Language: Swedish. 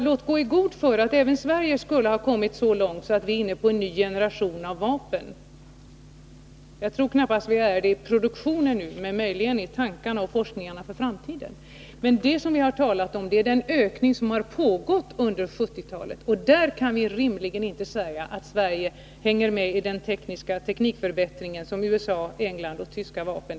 Låt gå för att även Sverige skulle ha kommit så långt att vi är inne på en ny generation av vapen — jag tror knappast att vi är det i produktionen ännu, men möjligen i tankarna och i forskningen för framtiden. Men det vi i dag har talat om är den ökning som pågått under 1970-talet, och när det gäller den kan vi inte rimligen påstå att Sverige hängt med i den teknikförbättring som skett av amerikanska, engelska och tyska vapen.